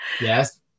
yes